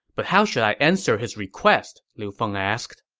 but how should i answer his request? liu feng asked